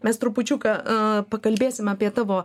mes trupučiuką pakalbėsim apie tavo